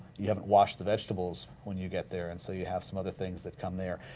you haven't washed the vegetables when you get there and so you have some other things that come there.